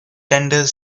tender